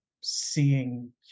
seeing